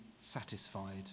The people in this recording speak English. satisfied